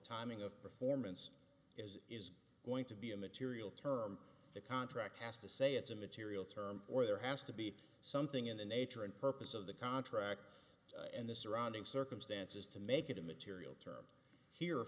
timing of performance is is going to be a material term the contract has to say it's immaterial to or there has to be something in the nature and purpose of the contract and the surrounding circumstances to make it a material to here